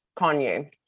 Kanye